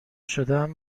شدم